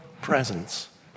presence